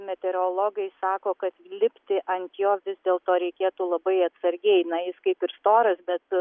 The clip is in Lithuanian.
meteorologai sako kad lipti ant jo vis dėlto reikėtų labai atsargiai na jis kaip ir storas bet